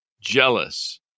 jealous